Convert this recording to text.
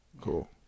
Cool